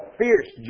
fierce